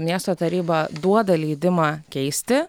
miesto taryba duoda leidimą keisti